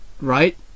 right